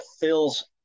fills